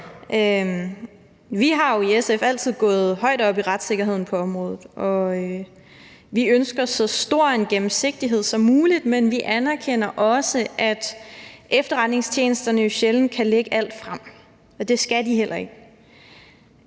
Vi har jo i SF altid gået højt op i retssikkerheden på området, og vi ønsker så stor en gennemsigtighed som muligt, men vi anerkender også, at efterretningstjenesterne jo sjældent kan lægge alt frem – og det skal de heller ikke.